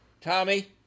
Tommy